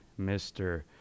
Mr